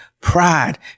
Pride